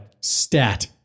Stat